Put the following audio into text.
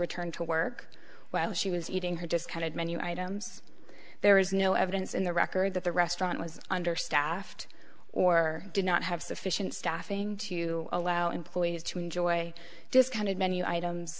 return to work while she was eating her just kind of menu items there is no evidence in the record that the restaurant was understaffed or did not have sufficient staffing to allow employees to enjoy this kind of menu items